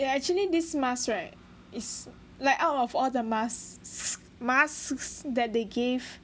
yeah actually this mask right is like out of all the mask masks that they gave